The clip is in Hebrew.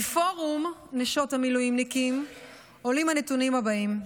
מפורום נשות המילואימניקים עולים הנתונים הבאים: